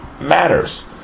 matters